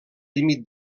límit